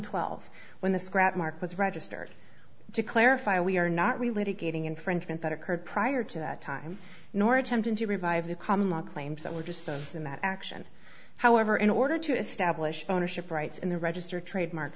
twelve when the scrap mark was registered to clarify we are not related getting infringement that occurred prior to that time nor attempted to revive the common law claims that were just phones in that action however in order to establish ownership rights in the registered trademark